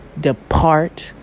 depart